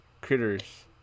critters